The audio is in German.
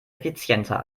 effizienter